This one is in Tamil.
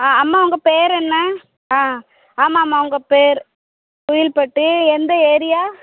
ஆ அம்மா உங்கள் பேர் என்ன ஆ ஆமாம்மா உங்கள் பேர் குயில்பட்டு எந்த ஏரியா